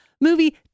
movie